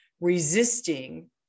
resisting